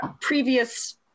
previous